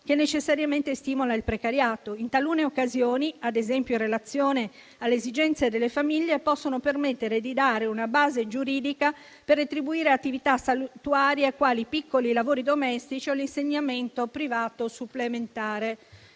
che necessariamente stimola il precariato. In talune occasioni, in relazione alle esigenze delle famiglie, essi possono permettere di dare una base giuridica per retribuire attività saltuarie, quali piccoli lavori domestici o l'insegnamento privato supplementare.